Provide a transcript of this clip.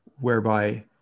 whereby